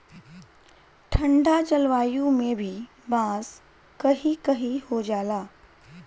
ठंडा जलवायु में भी बांस कही कही हो जाला